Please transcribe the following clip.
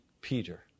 Peter